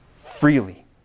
freely